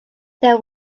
there